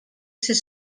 ser